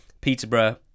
Peterborough